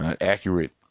accurate